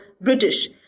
British